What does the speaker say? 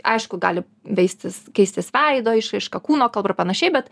aišku gali veistis keistis veido išraiška kūno kalba ir panašiai bet